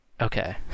okay